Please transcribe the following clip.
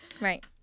right